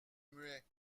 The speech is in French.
muet